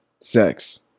Sex